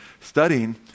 studying